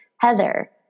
Heather